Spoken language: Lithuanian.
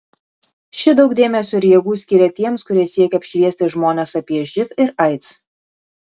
ši daug dėmesio ir jėgų skyrė tiems kurie siekia apšviesti žmones apie živ ir aids